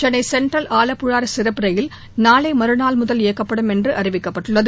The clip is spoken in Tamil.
சென்னை சென்ட்ரல் ஆலப்புழா சிறப்பு ரயில் நாளை மறுநாள் முதல் இயக்கப்படும் என்று அறிவிக்கப்பட்டுள்ளது